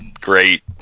great